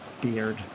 Beard